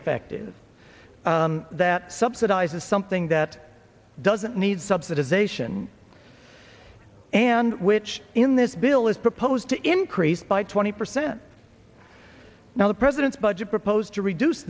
effective that subsidizes something that doesn't need subsidization and which in this bill is proposed to increase by twenty percent now the president's budget proposed to reduce